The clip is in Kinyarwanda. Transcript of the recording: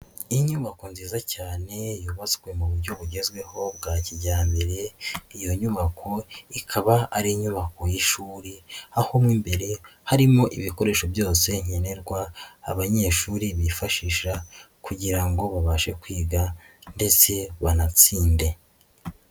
Inyubako nziza cyane yubatswe mu buryo bugezweho bwa kijyambereye, iyo nyubako ikaba ari inyubako y'ishuri aho mo imbere harimo ibikoresho byose nkenenerwa abanyeshuri bifashisha kugira ngo babashe kwiga ndetse banatsinde.